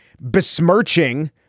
besmirching